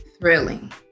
thrilling